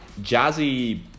Jazzy